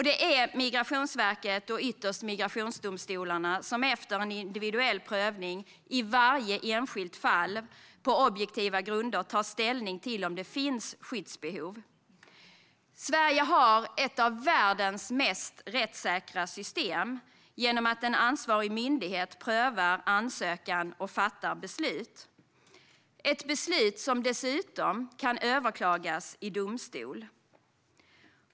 Det är Migrationsverket och ytterst migrationsdomstolarna som efter en individuell prövning i varje enskilt fall på objektiva grunder tar ställning till om det finns skyddsbehov. Sverige har ett av världens mest rättssäkra system, genom att en ansvarig myndighet prövar ansökan och fattar ett beslut, som dessutom kan överklagas i domstol.